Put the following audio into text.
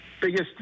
biggest